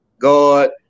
God